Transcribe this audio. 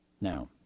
Now